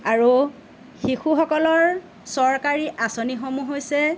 আৰু শিশুসকলৰ চৰকাৰী আঁচনিসমূহ হৈছে